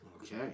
Okay